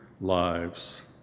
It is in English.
lives